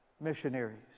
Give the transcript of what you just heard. missionaries